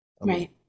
right